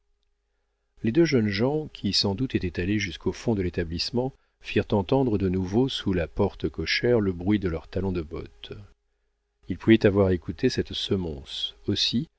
les deux jeunes gens qui sans doute étaient allés jusqu'au fond de l'établissement firent entendre de nouveau sous la porte cochère le bruit de leurs talons de bottes ils pouvaient avoir écouté cette semonce aussi